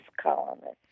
columnist